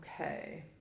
Okay